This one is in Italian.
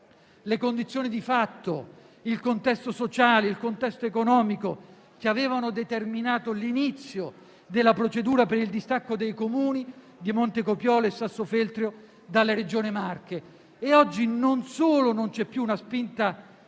le condizioni di fatto, il contesto sociale ed economico, che avevano determinato l'inizio della procedura per il distacco dei Comuni di Montecopiolo e Sassofeltrio dalla Regione Marche. Oggi non solo non c'è più una spinta